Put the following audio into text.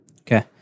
Okay